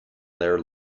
their